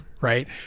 right